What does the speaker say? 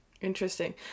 Interesting